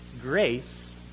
grace